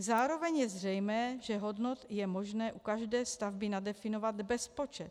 Zároveň je zřejmé, že hodnot je možné u každé stavby nadefinovat bezpočet.